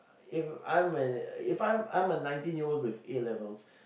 if I'm a if I'm I'm a nineteen year old with A-levels